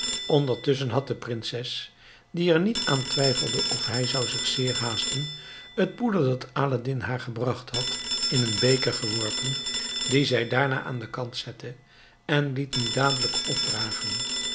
ondertusschen had de prinses die er niet aan twijfelde of hij zou zich zeer haasten het poeder dat aladdin haar gebracht had in een beker geworpen dien zij daarna aan den kant zette en liet nu dadelijk opdragen